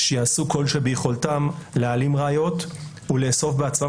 שיעשו כל שביכולתם להעלים ראיות ולאסוף בעצמם